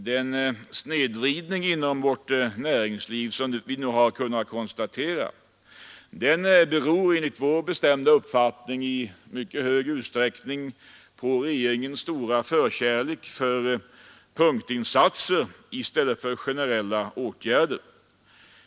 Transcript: Den snedvridning inom vårt näringsliv som vi nu har kunnat konstatera beror enligt vår bestämda uppfattning i mycket stor utsträckning på regeringens stora förkärlek för punktinsatser i stället för generella åtgärder.